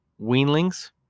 weanlings